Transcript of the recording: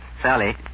Sally